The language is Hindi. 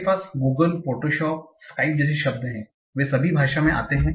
आपके पास Google फ़ोटोशॉप स्काइप जैसे शब्द हैं वे सभी भाषा में आते हैं